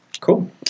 Cool